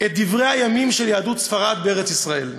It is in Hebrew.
את דברי הימים של יהדות ספרד בארץ-ישראל,